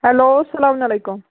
hello اسلام علیکُم